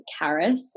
Karis